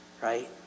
right